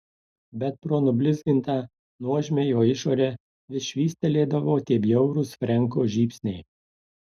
bet pro nublizgintą nuožmią jo išorę vis švystelėdavo tie bjaurūs frenko žybsniai